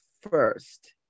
first